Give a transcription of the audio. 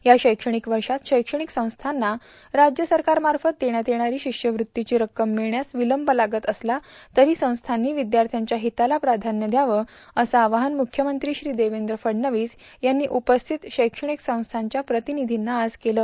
या शैक्षणिक वर्षात शैक्षणिक संस्थांना राज्य सरकारमार्फत देण्यात येणारी शिष्यवृत्तीची रक्कम मिळण्यास विलंब लागत असला तरी संस्थांनी विद्यार्थ्यांच्या हिताला प्राधाव्य द्यावं असं आवाहन म्रख्यमंत्री श्री देवेंद्र फडणवीस यांनी उपस्थित शैक्षणिक संस्थांच्या प्रतिनिधींना आज केलं